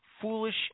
foolish